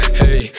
hey